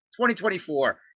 2024